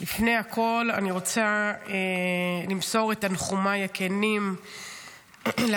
לפני הכול אני רוצה למסור את תנחומיי הכנים להורים,